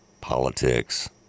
politics